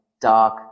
dark